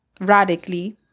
radically